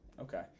Okay